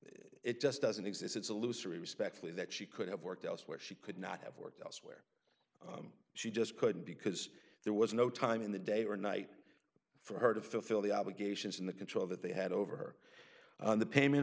it just doesn't exist it's a looser respectfully that she could have worked elsewhere she could not have worked she just couldn't because there was no time in the day or night for her to fulfill the obligations and the control that they had over the payment